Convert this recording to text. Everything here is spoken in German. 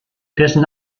dessen